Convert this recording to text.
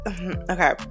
okay